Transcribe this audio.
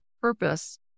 purpose